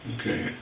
Okay